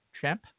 champ